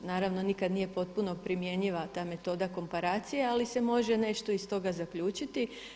Naravno nikad nije potpuno primjenjiva ta metoda komparacije, ali se može nešto iz toga zaključiti.